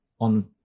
on